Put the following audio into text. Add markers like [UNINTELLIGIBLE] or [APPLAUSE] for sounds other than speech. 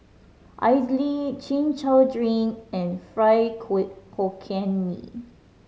idly Chin Chow drink and fried [UNINTELLIGIBLE] Hokkien Mee